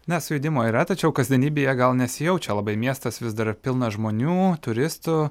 na sujudimo yra tačiau kasdienybėje gal nesijaučia labai miestas vis dar pilnas žmonių turistų